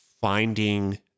finding